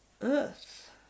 earth